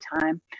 time